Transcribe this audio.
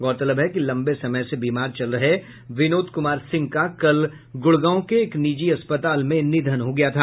गौरतलब है कि लंबे समय से बीमार चल रहे विनोद कुमार सिंह का कल गूड़गांव के एक निजी अस्पताल में निधन हो गया था